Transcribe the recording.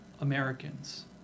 Americans